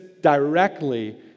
directly